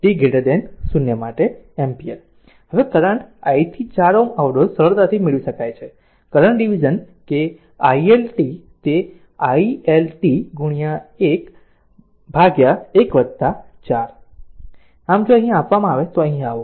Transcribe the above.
હવે current i થી 4 Ω અવરોધ સરળતાથી મેળવી શકાય છે કરંટ ડીવીઝન કે i L t તે i L t 11 4 આમ જો અહીં આવે તો અહીં આવો